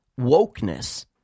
wokeness